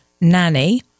nanny